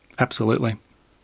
absolutely.